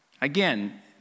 Again